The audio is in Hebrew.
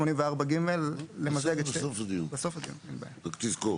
בסוף הדיון, רק תזכור.